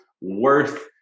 worth